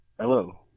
hello